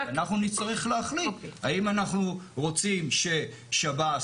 אנחנו נצטרך להחליט האם אנחנו רוצים ששב"ס